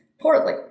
poorly